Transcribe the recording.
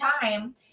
time